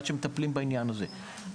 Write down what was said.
עד שמטפלים בעניין הזה.